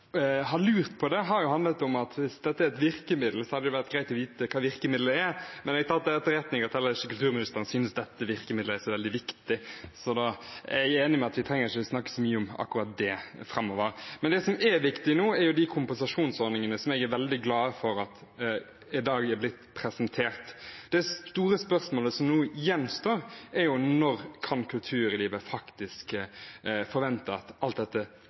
greit å vite hva virkemiddelet er. Men jeg tar til etterretning at heller ikke kulturministeren synes dette virkemiddelet er så veldig viktig. Jeg er enig i at vi ikke trenger å snakke så mye om akkurat det framover. Det som er viktig nå, er de kompensasjonsordningene jeg er veldig glad for at i dag er blitt presentert. Det store spørsmålet som nå gjenstår, er når kulturlivet faktisk kan forvente at alt dette